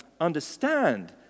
understand